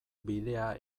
bidea